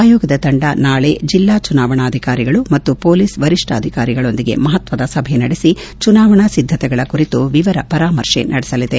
ಆಯೋಗದ ತಂಡ ನಾಳೆ ಜಿಲ್ಲಾ ಚುನಾವಣಾ ಅಧಿಕಾರಿಗಳು ಮತ್ತು ಮೊಲೀಸ್ ವರಿಷ್ಣಾಧಿಕಾರಿಗಳೊಂದಿಗೆ ಮಹತ್ವದ ಸಭೆ ನಡೆಸಿ ಚುನಾವಣಾ ಸಿದ್ದತೆಗಳ ಕುರಿತು ವಿವರ ಪರಾಮರ್ಶೆ ನಡೆಸಲಿದೆ